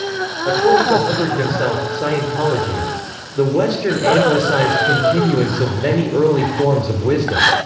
according to hubbard himself, scientology is the western anglicized continuance of many early forms of wisdom.